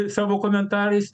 savo komentarais